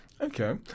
Okay